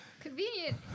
Convenient